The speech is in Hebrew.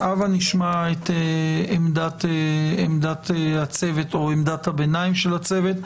אז הבה נשמע את עמדת הצוות או עמדת הביניים של הצוות.